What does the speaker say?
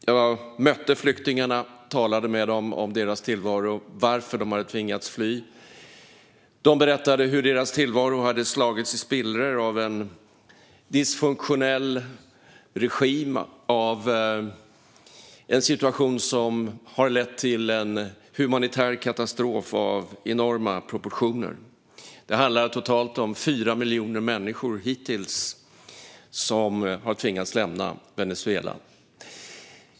Jag mötte flyktingarna och talade med dem om deras tillvaro och varför de hade tvingats fly. De berättade hur deras tillvaro hade slagits i spillror av en dysfunktionell regim, av en situation som lett till en humanitär katastrof av enorma proportioner. Det handlar om totalt 4 miljoner människor hittills som tvingats lämna Venezuela.